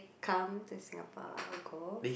come to Singapore I'll go